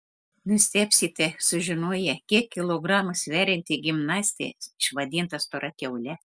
nustebsite sužinoję kiek kilogramų sverianti gimnastė išvadinta stora kiaule